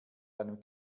einem